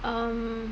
um